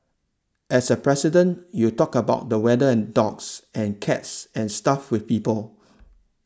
as a President you talk about the weather and dogs and cats and stuff with people